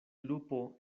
lupo